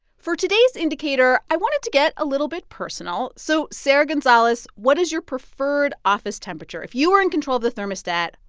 for today's indicator, i wanted to get a little bit personal. so sarah gonzalez, what is your preferred office temperature? if you were in control of the thermostat,